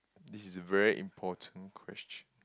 this is a very important question